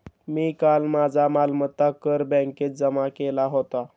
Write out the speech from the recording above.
मी काल माझा मालमत्ता कर बँकेत जमा केला होता